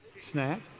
snack